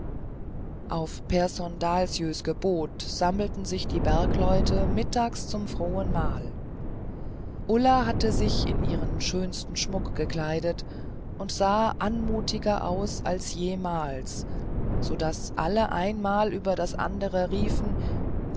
auf pehrson dahlsjös gebot sammelten sich die bergleute mittags zum frohen mahl ulla hatte sich in ihren schönsten schmuck gekleidet und sah anmutiger aus als jemals so daß alle ein mal über das andere riefen